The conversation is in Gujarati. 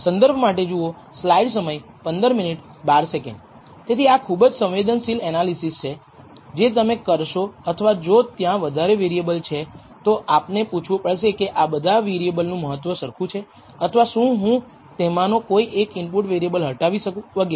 તેથી આ ખૂબ જ સંવેદનશીલ એનાલિસિસ છે જે તમે કરશો અથવા જો ત્યાં વધારે વેરિએબલ છે તો આપને પૂછવું પડશે કે તે બધા વેરિએબલનું મહત્વ સરખું છે અથવા શું હું તેમાંનો કોઈ એક ઈનપૂટ વેરિએબલ હટાવી શકું વગેરે